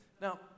Now